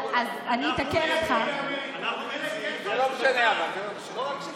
תלוי איפה באמריקה, חלק כן וחלק לא.